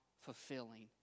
fulfilling